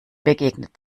begegnet